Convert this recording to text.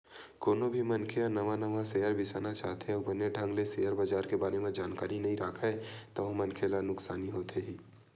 कोनो भी मनखे ह नवा नवा सेयर बिसाना चाहथे अउ बने ढंग ले सेयर बजार के बारे म जानकारी नइ राखय ता ओ मनखे ला नुकसानी होथे ही